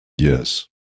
Yes